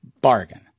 Bargain